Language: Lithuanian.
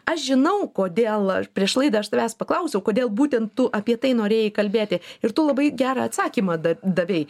aš žinau kodėl aš prieš laidą aš tavęs paklausiau kodėl būtent tu apie tai norėjai kalbėti ir tu labai gerą atsakymą da davei